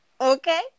Okay